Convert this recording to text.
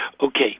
okay